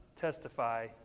testify